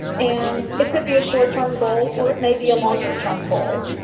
and, it could be a short-term goal or it may be a longer-term goal.